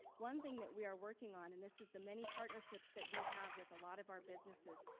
one thing that we are working on and this is the many partnerships that we have with a lot of our businesses,